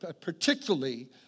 particularly